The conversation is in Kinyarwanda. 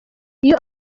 iyo